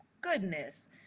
Goodness